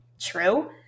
true